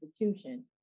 institution